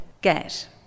get